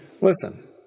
listen